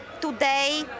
today